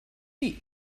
dir